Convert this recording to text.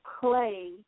Play